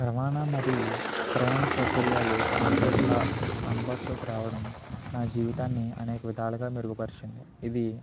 రవాణా మరియు ప్రయాణ సౌకర్యాలు అందుబాటుల అందుబాటులోకి రావడం నా జీవితాన్ని అనేక విధాలుగా మెరుగుపరిచింది ఇది